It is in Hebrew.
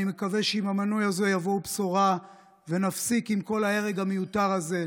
אני מקווה שעם המינוי הזה תבוא בשורה ונפסיק עם כל ההרג המיותר הזה,